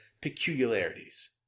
peculiarities